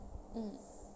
mm